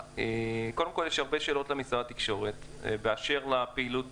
קודם כול יש הרבה שאלות למשרד התקשורת באשר לפעילות